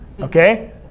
okay